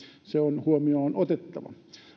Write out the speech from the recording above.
se on huomioon otettava